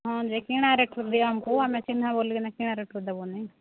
ହଁ ଯେ କିଣା ରେଟରୁ ଦିଅ ଆମକୁ ଆମେ ଚିହ୍ନା ବୋଲିକିନା କିଣା ରେଟରେ ଦେବନି